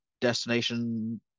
destination